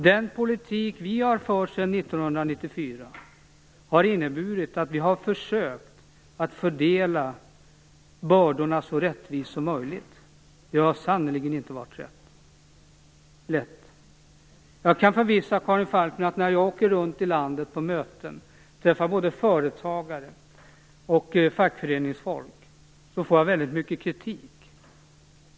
Den politik vi har fört sedan 1994 har inneburit att vi har försökt att fördela bördorna så rättvist som möjligt. Det har sannerligen inte varit lätt. Jag kan försäkra Karin Falkmer att när jag åker runt i landet på möten och träffar både företagare och fackföreningsfolk får jag väldigt mycket kritik.